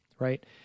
Right